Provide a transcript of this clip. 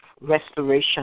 restoration